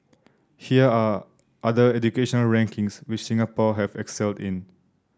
here are other education rankings which Singapore have excelled in